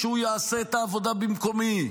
ושהוא יעשה את העבודה במקומי.